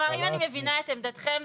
הן גם לפעמים מטפלות במצבי חרום.